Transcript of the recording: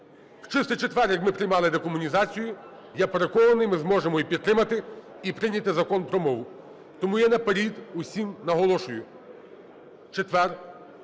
В Чистий четвер, як ми приймали декомунізацію, я переконаний, ми зможемо підтримати і прийняти Закон про мову. Тому я наперед усім наголошую: в четвер